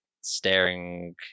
staring